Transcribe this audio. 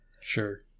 Sure